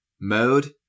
mode